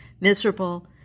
miserable